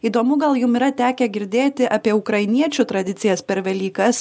įdomu gal jum yra tekę girdėti apie ukrainiečių tradicijas per velykas